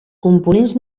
components